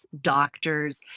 doctors